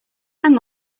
hang